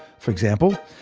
for example,